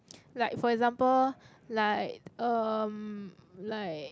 like for example like um like